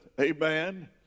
amen